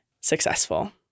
successful